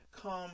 come